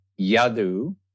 Yadu